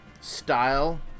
style